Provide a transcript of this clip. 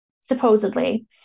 supposedly